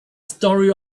story